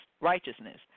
righteousness